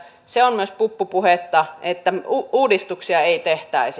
se on myös puppupuhetta että uudistuksia ei tehtäisi